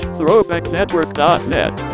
throwbacknetwork.net